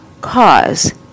cause